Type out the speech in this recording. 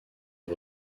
est